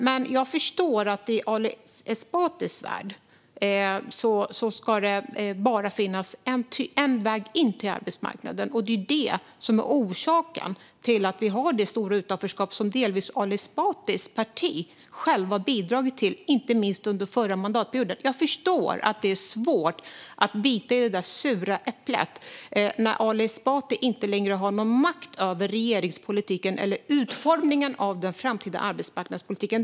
Men jag förstår att i Ali Esbatis värld ska det bara finns en väg in till arbetsmarknaden. Det är det som är orsaken till att vi har det stora utanförskap som delvis Ali Esbatis parti har bidragit till, inte minst under förra mandatperioden. Jag förstår att det är svårt att bita i det där sura äpplet när Ali Esbati inte längre har någon makt över regeringspolitiken eller utformningen av den framtida arbetsmarknadspolitiken.